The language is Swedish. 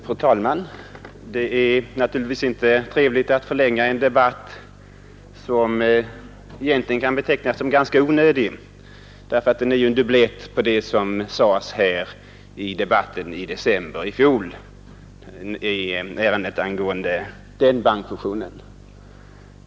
Fru talman! Det är naturligtvis inte trevligt att förlänga en debatt, som egentligen kan betecknas som ganska onödig, eftersom den är en dubblett till den debatt som fördes här i december i fjol i ärendet angående storbanksfusionen.